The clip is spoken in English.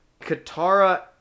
Katara